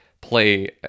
play